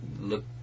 look